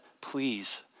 Please